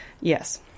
Yes